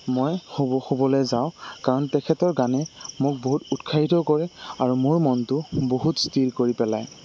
মই শুব শুবলে যাওঁ কাৰণ তেখেতৰ গানে মোক বহুত উৎসাহিত কৰে আৰু মোৰ মনটো বহুত স্থিৰ কৰি পেলায়